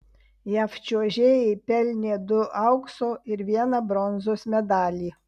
jav čiuožėjai pelnė du aukso ir vieną bronzos medalį